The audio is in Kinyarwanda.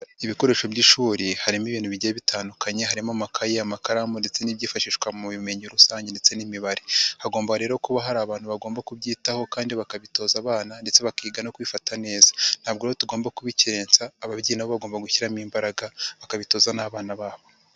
Ibikoresho by'ishuri harimo ibintu bigiye bitandukanye, harimo amakaye, amakaramu ndetse n'ibyifashishwa mu bumenyi rusange ndetse n'imibare, hagomba rero kuba hari abantu bagomba kubyitaho kandi bakabitoza abana ndetse bakiga no kwifata neza, ntabwo tugomba kubikerensa, ababyeyi na bo bagomba gushyiramo imbaraga, bakabitoza n'abana babo.